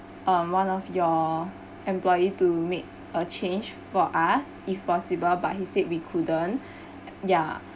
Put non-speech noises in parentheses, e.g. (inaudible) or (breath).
um one of your employee to make a change for us if possible but he said we couldn't (breath) ya